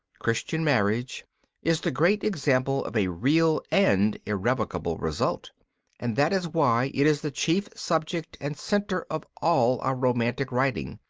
christian marriage is the great example of a real and irrevocable result and that is why it is the chief subject and centre of all our romantic writing.